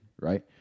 Right